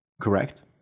Correct